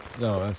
No